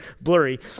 blurry